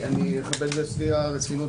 הסניוריטי,